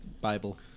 Bible